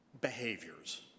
behaviors